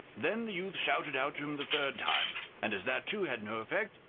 then the youth shouted out to him the third time, and as that too had no effect,